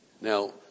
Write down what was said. Now